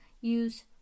use